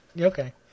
Okay